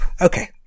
okay